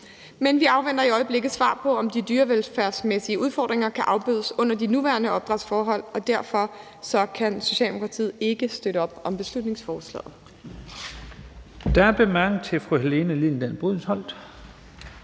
men vi afventer i øjeblikket svar på, om de dyrevelfærdsmæssige udfordringer kan afbødes under de nuværende opdrætsforhold. Derfor kan Socialdemokratiet ikke støtte op om beslutningsforslaget.